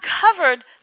covered